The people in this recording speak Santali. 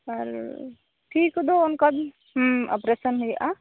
ᱟᱨ ᱴᱷᱤᱠ ᱫᱚ ᱚᱱᱠᱟ ᱚᱯᱟᱨᱮᱥᱚᱱ ᱦᱩᱭᱩᱜᱼᱟ